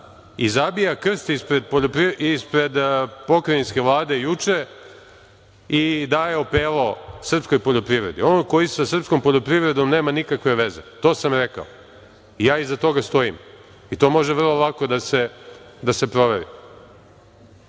i zabija krst ispred Pokrajinske vlade juče i daje opelo srpskoj poljoprivedi, on koji sa srpskom poljoprivedom nema nikakve veze. To sam rekao i ja iza toga stojim. To može vrlo lako da se proveri. Imate